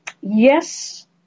Yes